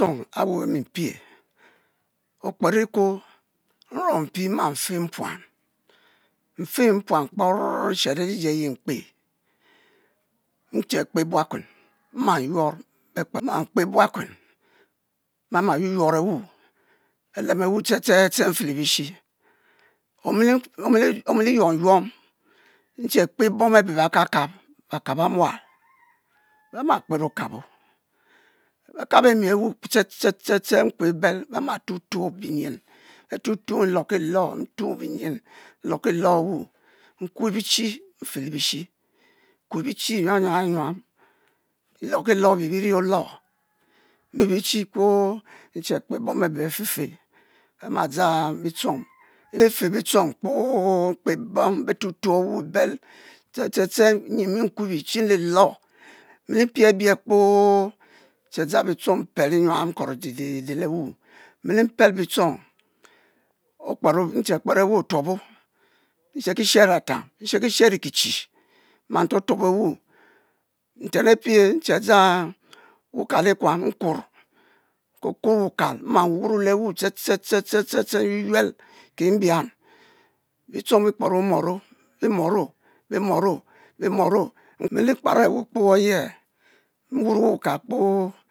Mpom a'wu mi mpie, okpero-ekuo, nruon mpi mmafe mpuan kpon nishero liidi anyi mkpe, oche kpe buakue mman yuour mkpe buakue be ma yuyuour ewu, belem ewu ste'ste'ste befe le bishi omi omili yuom yuom, nche kpe bom abe be-kakap, bekap emual be-ma kper okabo, bekap emi ewu ste ste ste, mkpe bel, be mu tutuo benyin be tutuo, be-lobilo, ntuo benyin nlokilo ewu, nkwe bichi n'fe le'bishi, nkue bechi nyuam nyuam nyuam, nlokilo abe biri olor, nkue bichi kpoo nche kpe bom abe be-fefe, bema dzang bitchong be-fe bitchong kpoo. bebom betutuo wu bel ste ste ste nyi nmi-kue bichi nlulo, mmili pie abie kpoo nche dzang bitchong mpel nyuam korodidide lewu, mmilipel bitchong okpero nche kper ewu otuobo nshebkishebo atom nshebkisbebo kichi mma tuotuob ewu, ntem epie nche dzang wukal ekuam nkuor, nkuor nkuor wukal mma wurour lewu ste ste ste ste nyu yuel kimbian, bitchong be kper omoooo bimouo bimouo bimouo, omili kparo e'wu kpoo aye nwuro wokal kpoo.